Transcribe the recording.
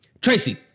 Tracy